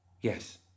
Yes